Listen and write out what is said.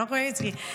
חנוך מלביצקי.